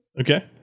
Okay